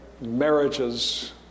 marriages